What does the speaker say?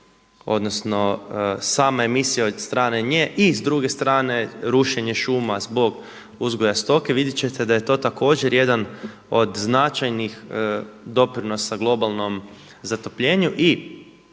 odnosno sama emisija od strane nje i s druge strane rušenje šuma zbog uzgoja stoke, vidjet ćete da je to također jedan od značajnih doprinosa globalnom zatopljenju.